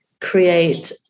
create